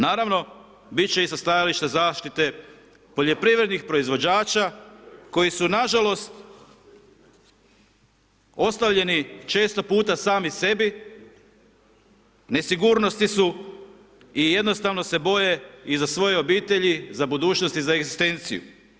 Naravno, bit će i sa stajališta zaštite poljoprivrednih proizvođača, koji su nažalost ostavljeni često puta sami sebi, nesigurnosti su i jednostavne se boje i za svoje obitelji, za budućnost i za egzistenciju.